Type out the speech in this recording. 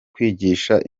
kwigisha